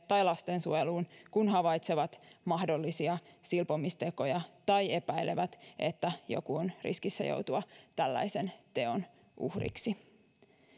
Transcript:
tai lastensuojeluun kun he havaitsevat mahdollisia silpomistekoja tai epäilevät että joku on riskissä joutua tällaisen teon uhriksi